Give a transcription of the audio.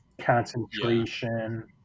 Concentration